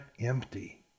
empty